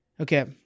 Okay